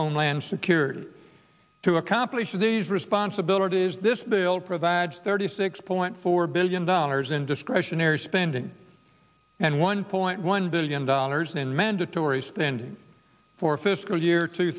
homeland security to accomplish these responsibilities this bill provides thirty six point four billion dollars in discretionary spending and one point one billion dollars in mandatory spending for fiscal year two